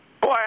Boy